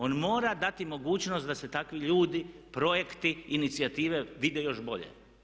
On mora dati mogućnost da se takvi ljudi, projekti, inicijative vide još bolje.